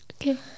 Okay